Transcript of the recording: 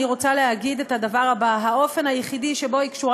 אני רוצה להגיד את הדבר הבא: האופן היחיד שבו היא קשורה